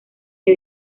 que